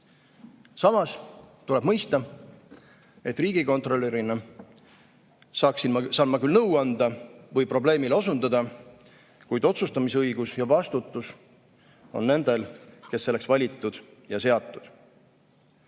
Samas tuleb mõista, et riigikontrolörina saan ma küll nõu anda või probleemile osutada, kuid otsustamisõigus ja vastutus on nendel, kes on selleks valitud ja seatud.